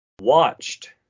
watched